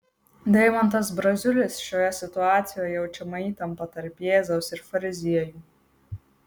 deimantas braziulis šioje situacijoje jaučiama įtampa tarp jėzaus ir fariziejų